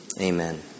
amen